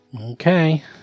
Okay